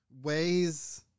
ways